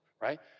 right